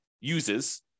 uses